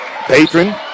Patron